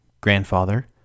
grandfather